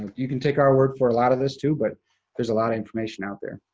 you can take our word for a lot of this, too, but there's a lot of information out there.